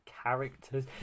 characters